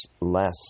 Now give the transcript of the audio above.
less